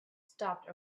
stopped